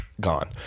gone